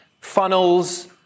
funnels